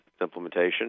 implementation